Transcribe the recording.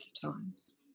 times